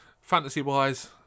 fantasy-wise